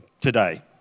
today